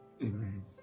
Amen